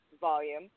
volume